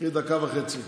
קחי דקה וחצי.